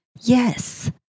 Yes